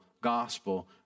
gospel